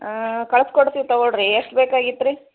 ಹಾಂ ಕಳ್ಸಿ ಕೊಡ್ತೀವಿ ತಗೋಳ್ಳಿರಿ ಎಷ್ಟು ಬೇಕಾಗಿತ್ತು ರೀ